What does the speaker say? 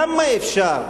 כמה אפשר?